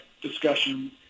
discussion